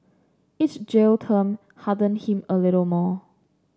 each jail term hardened him a little more